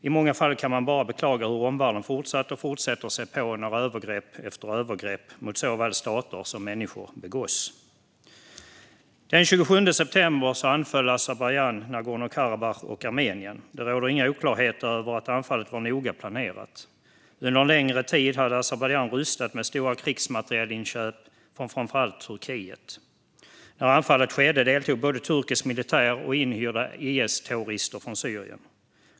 I många fall kan man bara beklaga hur omvärlden fortsätter att se på när övergrepp efter övergrepp mot såväl stater som människor begås. Den 27 september anföll Azerbajdzjan Nagorno-Karabach och Armenien. Det råder inga oklarheter om att anfallet var noga planerat. Under en längre tid hade Azerbajdzjan rustat med stora krigsmaterielinköp från framför allt Turkiet. När anfallet skedde deltog både turkisk militär och inhyrda IS-terrorister från Syrien.